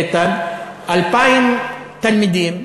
איתן, 2,000 תלמידים.